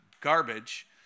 garbage